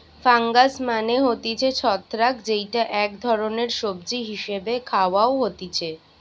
fungus মানে হতিছে ছত্রাক যেইটা এক ধরণের সবজি হিসেবে খাওয়া হতিছে